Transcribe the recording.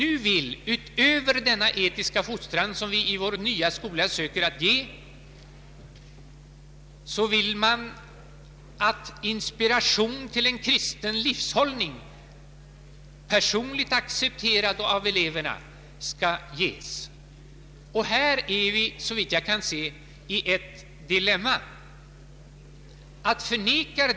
Utöver den etiska fostran som vi söker ge i vår nya skola vill man att inspiration till en kristen livshållning, personligt accepterad av eleverna, skall ges. Här är vi, såvitt jag kan se, i ett dilemma.